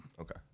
Okay